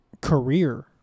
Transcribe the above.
career